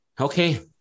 Okay